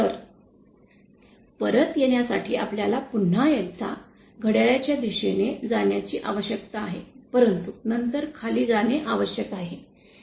तर परत येण्यासाठी आपल्याला पुन्हा एकदा घड्याळाच्या दिशेने जाण्याची आवश्यकता आहे परंतु नंतर खाली जाणे आवश्यक आहे